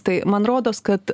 tai man rodos kad